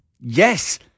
Yes